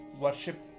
worship